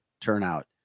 turnout